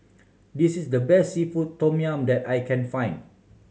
this is the best seafood tom yum that I can find